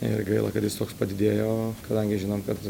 ir gaila kad jis toks padidėjo kadangi žinom kad